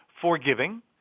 forgiving